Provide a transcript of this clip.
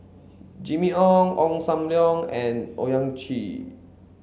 Jimmy Ong Ong Sam Leong and Owyang Chi